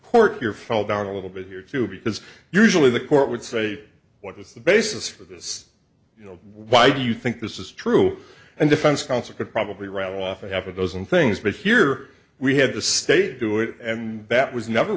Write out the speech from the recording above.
court here fell down a little bit here too because usually the court would say what is the basis for this you know why do you think this is true and defense counsel could probably write off a half a dozen things but here we had the state do it and that was never